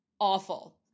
awful